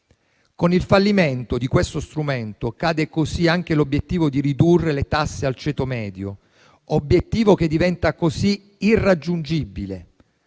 Con il fallimento di questo strumento cade anche l'obiettivo di ridurre le tasse al ceto medio, obiettivo che diventa così irraggiungibile.